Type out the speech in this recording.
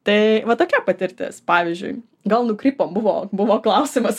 tai va tokia patirtis pavyzdžiui gal nukrypom buvo buvo klausimas